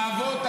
האבות,